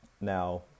Now